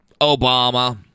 Obama